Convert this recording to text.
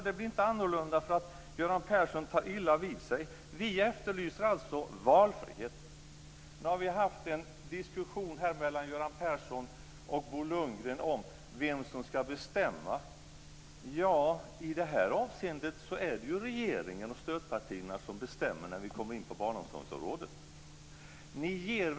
Det blir inte annorlunda för att Göran Persson tar illa vid sig. Vi efterlyser alltså valfrihet. Nu har vi haft en diskussion mellan Göran Persson och Bo Lundgren om vem som ska bestämma. När vi kommer in på barnomsorgsområdet är det ju regeringen och stödpartierna som bestämmer i det här avseendet.